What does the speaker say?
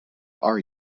are